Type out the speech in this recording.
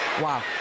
Wow